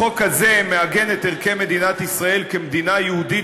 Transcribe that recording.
החוק הזה מעגן את ערכי מדינת ישראל כמדינה יהודית